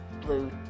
blue